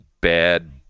bad